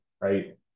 right